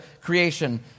creation